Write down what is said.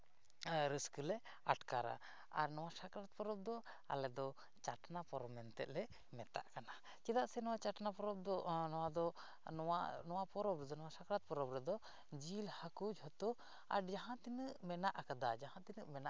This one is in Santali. ᱟᱨ ᱨᱟᱹᱥᱠᱟᱹᱞᱮ ᱟᱴᱠᱟᱨᱟ ᱟᱨ ᱱᱚᱣᱟ ᱥᱟᱠᱨᱟᱛ ᱯᱚᱨᱚᱵᱽ ᱫᱚ ᱟᱞᱮ ᱫᱚ ᱪᱟᱴᱱᱟ ᱯᱚᱨᱚᱵᱽ ᱢᱮᱱᱛᱮ ᱞᱮ ᱢᱮᱛᱟᱜ ᱠᱟᱱᱟ ᱪᱮᱫᱟᱜ ᱥᱮ ᱱᱚᱣᱟ ᱪᱟᱴᱱᱟ ᱯᱚᱨᱚᱵᱽ ᱫᱚ ᱱᱚᱣᱟ ᱫᱚ ᱱᱚᱣᱟ ᱯᱚᱨᱚᱵᱽ ᱫᱚ ᱱᱚᱣᱟ ᱥᱟᱠᱨᱟᱛ ᱯᱚᱨᱚᱵᱽ ᱨᱮᱫᱚ ᱡᱤᱞ ᱦᱟᱹᱠᱩ ᱡᱚᱛᱚ ᱟᱨ ᱡᱟᱦᱟᱸ ᱛᱤᱱᱟᱹᱜ ᱢᱮᱱᱟᱜ ᱠᱟᱫᱟ ᱡᱟᱦᱟᱸ ᱛᱤᱱᱟᱹᱜ